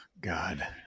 God